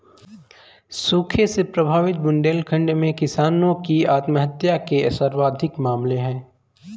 सूखे से प्रभावित बुंदेलखंड में किसानों की आत्महत्या के सर्वाधिक मामले है